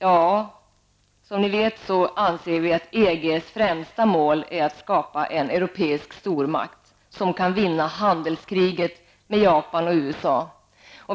Som ni vet anser vi att EGs främsta mål är att skapa en europeisk stormakt som kan vinna handelskriget med Japan och USA.